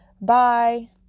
Bye